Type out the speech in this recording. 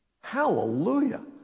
Hallelujah